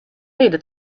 rede